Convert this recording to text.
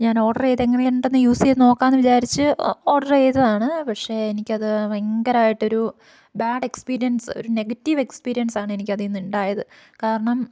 ഞാൻ ഓർഡർ ചെയ്ത് എങ്ങനെയുണ്ടെന്നു യൂസ് ചെയ്തു നോക്കാമെന്നു വിചാരിച്ച് ഒ ഓർഡർ ചെയ്തതാണ് പക്ഷെ എനിക്കത് ഭയങ്കരമായിട്ടൊരു ബാഡ് എക്സ്പീരിയൻസ് ഒരു നെഗറ്റീവ് എക്സ്പീരിയൻസാണ് എനിക്കതിൽ നിന്ന് ഉണ്ടായത് കാരണം